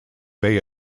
bay